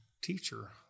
teacher